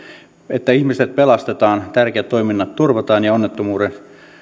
että ihmiset pelastetaan tärkeät toiminnat turvataan ja onnettomuuden